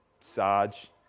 Sarge